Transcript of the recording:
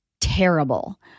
terrible